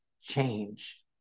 change